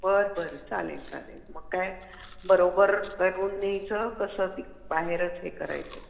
बरं बरं चालेल चालेल मग काय बरोबर करून न्यायचं कसं बाहेरच हे करायचं